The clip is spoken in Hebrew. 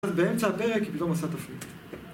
אז באמצע הפרק היא פתאום עשה תפנית